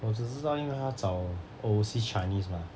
我只知道因为他找 overseas chinese mah